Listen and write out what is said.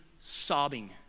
sobbing